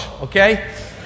okay